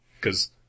Cause